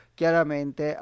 chiaramente